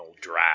drive